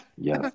yes